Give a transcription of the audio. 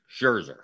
Scherzer